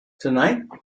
tonight